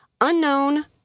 unknown